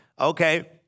Okay